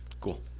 Cool